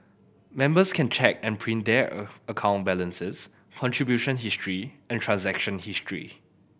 members can check and print their a account balances contribution history and transaction history